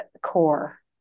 core